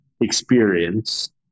experience